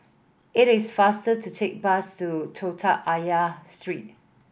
it is faster to take bus to Telok Ayer Street